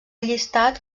llistat